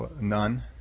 None